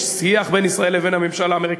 יש שיח בין ישראל לבין הממשל האמריקני,